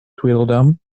tweedledum